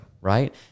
Right